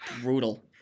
brutal